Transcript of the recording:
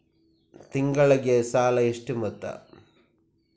ತಿಂಗಳಿಗೆ ಸಾಲ ಎಷ್ಟು ಮೊತ್ತ?